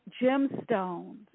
gemstones